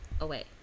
away